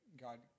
God